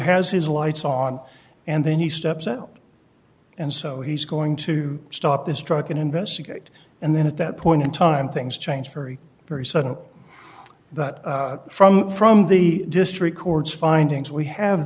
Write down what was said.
has his lights on and then he steps out and so he's going to stop this truck and investigate and then at that point in time things change very very sudden but from from the district court's findings we have